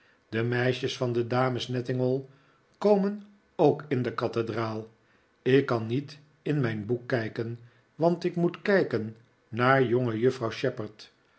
de meisjes van de dames nettingall komert ook in de kathedraal ik kan niet in mijn boek kijken want ik moet kijken naar